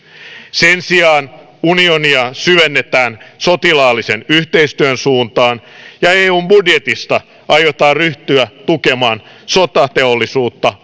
sen sijaan unionia syvennetään sotilaallisen yhteistyön suuntaan ja eun budjetista aiotaan ryhtyä tukemaan sotateollisuutta